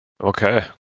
Okay